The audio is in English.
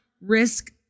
risk